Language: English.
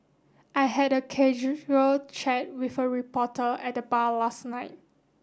I had a casual chat with a reporter at the bar last night